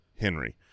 Henry